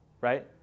right